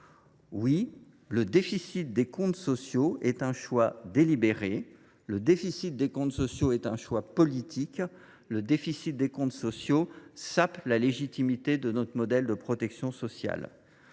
Oui, le déficit des comptes sociaux est un choix délibéré, le déficit des comptes sociaux est un choix politique, le déficit des comptes sociaux sape la légitimité de notre modèle de protection sociale.